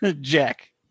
Jack